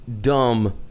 dumb